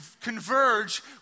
converge